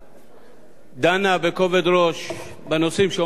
דנה בכובד ראש בנושאים שעומדים על סדר-היום,